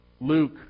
Luke